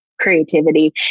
creativity